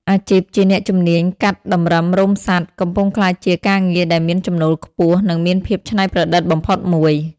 អាជីពជាអ្នកជំនាញកាត់តម្រឹមរោមសត្វ កំពុងក្លាយជាការងារដែលមានចំណូលខ្ពស់ និងមានភាពច្នៃប្រឌិតបំផុតមួយ។